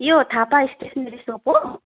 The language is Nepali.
यो थापा स्टेसनरी सप हो